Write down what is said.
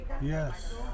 Yes